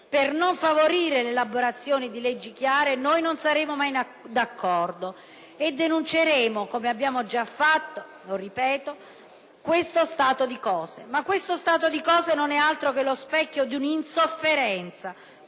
per non favorire l'elaborazione di leggi chiare, noi non saremo mai d'accordo. Denunceremo, come abbiamo già fatto - ripeto - questo stato di cose che non è altro che lo specchio di un'insofferenza